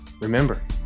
Remember